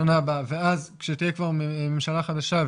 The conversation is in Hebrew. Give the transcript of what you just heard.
אם ההצעה היא לדון בזה בשנה הבאה ואז כשתהיה כבר ממשלה חדשה,